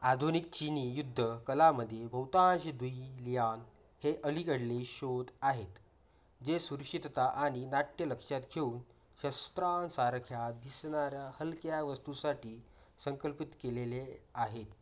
आधुनिक चिनी युद्ध कलांमध्ये बहुतांश दुई लियान हे अलीकडले शोध आहेत जे सुरक्षितता आणि नाट्य लक्षात घेऊन शस्त्रांसारख्या दिसणाऱ्या हलक्या वस्तूंसाठी संकल्पित केले आहेत